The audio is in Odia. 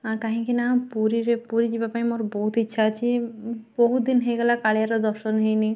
କାହିଁକିନା ପୁରୀରେ ପୁରୀ ଯିବା ପାଇଁ ମୋର ବହୁତ ଇଚ୍ଛା ଅଛି ବହୁତ ଦିନ ହେଇଗଲା କାଳିଆର ଦର୍ଶନ ହେଇନି